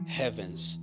heavens